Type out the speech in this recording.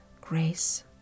grace